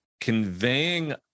conveying